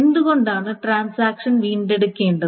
എന്തുകൊണ്ടാണ് ട്രാൻസാക്ഷൻ വീണ്ടെടുക്കേണ്ടത്